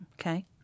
Okay